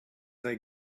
they